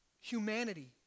humanity